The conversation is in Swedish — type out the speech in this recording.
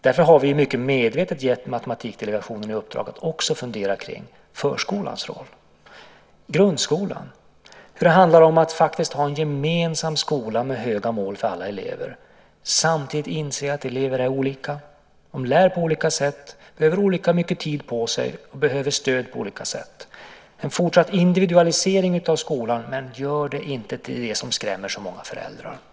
Därför har vi mycket medvetet gett Matematikdelegationen i uppdrag att också fundera över förskolans och grundskolans roller. Det handlar om att ha en gemensam skola med höga mål för alla elever. Samtidigt måste man inse att elever är olika. De lär på olika sätt, behöver olika mycket tid på sig och behöver stöd på olika sätt. Vi ska ha en fortsatt individualisering av skolan, men man ska inte åstadkomma det genom att göra det som skrämmer så många föräldrar.